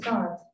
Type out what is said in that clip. God